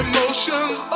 Emotions